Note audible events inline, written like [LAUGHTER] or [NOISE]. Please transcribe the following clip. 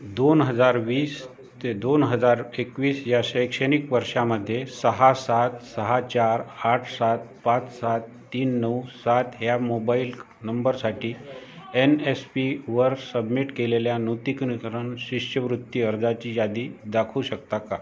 दोन हजार वीस ते दोन हजार एकवीस या शैक्षणिक वर्षामध्ये सहा सात सहा चार आठ सात पाच सात तीन नऊ सात ह्या मोबाइल नंबरसाठी एन एस पीवर सबमिट केलेल्या [UNINTELLIGIBLE] करण शिष्यवृत्ती अर्जाची यादी दाखवू शकता का